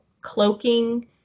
cloaking